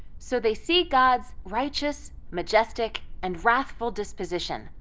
so they see god's righteous, majestic, and wrathful disposition,